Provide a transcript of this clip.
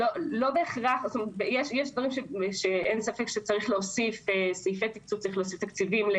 יש דברים שאין ספק שצריך להוסיף להם תקציבים.